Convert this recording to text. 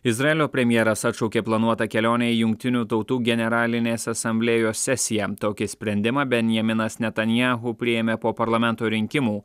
izraelio premjeras atšaukė planuotą kelionę į jungtinių tautų generalinės asamblėjos sesiją tokį sprendimą benjaminas netanyahu priėmė po parlamento rinkimų